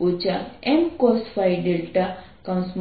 M Mcosϕ δs